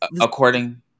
according